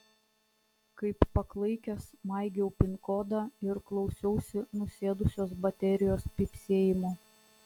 kaip paklaikęs maigiau pin kodą ir klausiausi nusėdusios baterijos pypsėjimo